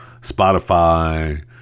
Spotify